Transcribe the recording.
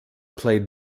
played